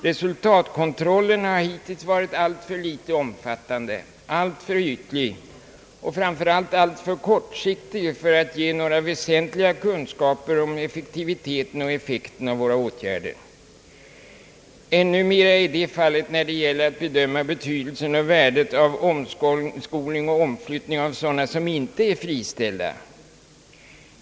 Resultatkontrollen har hittills varit alltför litet omfattande, alltför ytlig och framför allt alltför kortsiktig för att ge några väsentliga kunskaper om effektiviteten och effekten av åtgärderna. Ännu mera är detta fallet när det gäller att bedöma betydelsen och värdet av omskolning och omflyttning av sådana som inte är friställda.